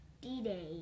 D-Day